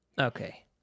Okay